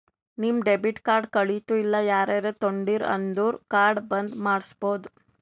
ನಿಮ್ debit card ಕಳಿತು ಇಲ್ಲ ಯಾರರೇ ತೊಂಡಿರು ಅಂದುರ್ ಕಾರ್ಡ್ ಬಂದ್ ಮಾಡ್ಸಬೋದು